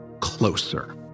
closer